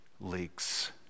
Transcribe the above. leaks